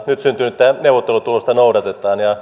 nyt syntynyttä neuvottelutulosta noudatetaan